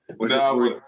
No